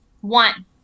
one